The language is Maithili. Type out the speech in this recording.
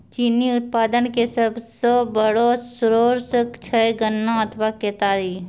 चीनी उत्पादन के सबसो बड़ो सोर्स छै गन्ना अथवा केतारी